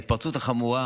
ההתפרצות החמורה